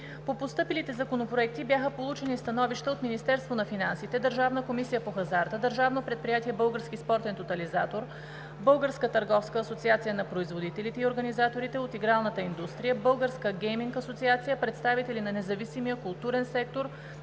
По постъпилите законопроекти бяха получени становища от Министерството на финансите, Държавна комисия по хазарта, Държавно предприятие „Български спортен тотализатор“, Българска търговска асоциация на производителите и организаторите от игралната индустрия, Българска гейминг асоциация, представители на независимия културен сектор,